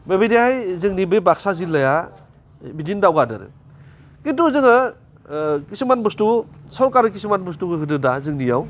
बेबायदिहाय जोंनि बे बाक्सा जिल्लाया बिदिनो दावगादों आरो खिन्थु जोङो खिसुमान बुस्थु सरकारि खिसुमान बुस्थुखो होदों दा जोंनिआव